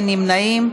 אין נמנעים.